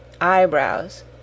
eyebrows